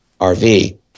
RV